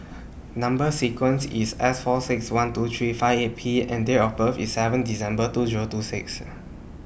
Number sequence IS S four six one two three five eight P and Date of birth IS seven December two Zero two six